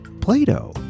Plato